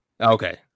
Okay